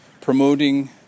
promoting